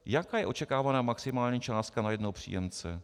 Jaká je očekávaná maximální částka na jednoho příjemce?